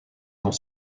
dans